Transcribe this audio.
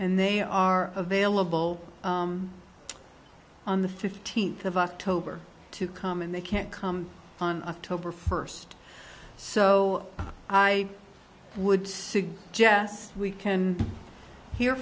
and they are available on the fifteenth of october to come and they can't come on october first so i would suggest we can hear